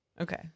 Okay